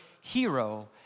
hero